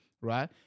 right